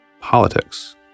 politics